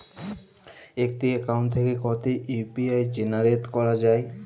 একটি অ্যাকাউন্ট থেকে কটি ইউ.পি.আই জেনারেট করা যায়?